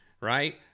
right